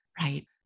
right